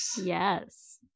Yes